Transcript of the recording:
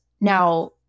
Now